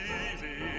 easy